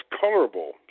colorable